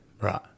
Right